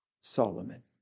Solomon